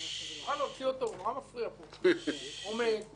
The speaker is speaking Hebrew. הוא עוסק בהחלת שורת חוקים על עובדי